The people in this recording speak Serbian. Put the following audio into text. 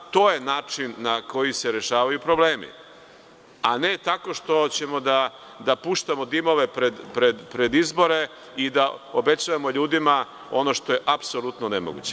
To je način na koji se rešavaju problemi, a ne tako što ćemo da puštamo dimove pred izbore i da obećavamo ljudima ono što je apsolutno nemoguće.